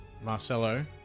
Marcelo